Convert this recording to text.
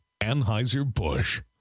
Anheuser-Busch